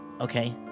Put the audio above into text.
Okay